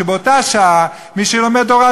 שבאותה שעה מי שלומד תורה,